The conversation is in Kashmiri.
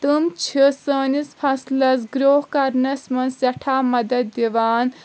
تٔمۍ چھِ سٲنِس فصلس گرو کرنس منٛز سٮ۪ٹھاہ مدد دِوان